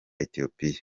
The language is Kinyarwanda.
ethiopia